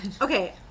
Okay